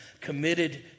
Committed